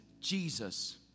Jesus